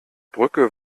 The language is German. brücke